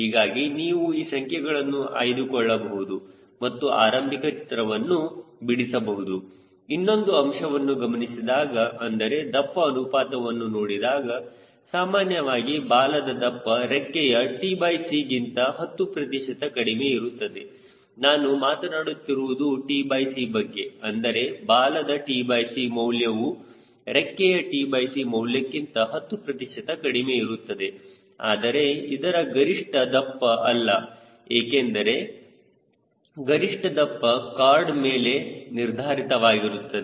ಹೀಗಾಗಿ ನೀವು ಈ ಸಂಖ್ಯೆಗಳನ್ನು ಆಯ್ದುಕೊಳ್ಳಬಹುದು ಮತ್ತು ಆರಂಭಿಕ ಚಿತ್ರವನ್ನು ಬಿಡಿಸಬಹುದು ಇನ್ನೊಂದು ಅಂಶವನ್ನು ಗಮನಿಸಿದಾಗ ಅಂದರೆ ದಪ್ಪ ಅನುಪಾತವನ್ನು ನೋಡಿದಾಗ ಸಾಮಾನ್ಯವಾಗಿ ಬಾಲದ ದಪ್ಪ ರೆಕ್ಕೆಯtc ಗಿಂತ 10 ಪ್ರತಿಶತ ಕಡಿಮೆ ಇರುತ್ತದೆ ನಾನು ಮಾತನಾಡುತ್ತಿರುವುದು tc ಬಗ್ಗೆ ಅಂದರೆ ಬಾಲದ tc ಮೌಲ್ಯವು ರೆಕ್ಕೆಯ tc ಮೌಲ್ಯಕ್ಕಿಂತ 10 ಪ್ರತಿಶತ ಕಡಿಮೆ ಇರುತ್ತದೆ ಆದರೆ ಅದರ ಗರಿಷ್ಠ ದಪ್ಪ ಅಲ್ಲ ಏಕೆ ಏಕೆಂದರೆ ಗರಿಷ್ಠ ದಪ್ಪ ಕಾರ್ಡ್ ಮೇಲೆ ನಿರ್ಧಾರಿತವಾಗಿರುತ್ತದೆ